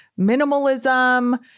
minimalism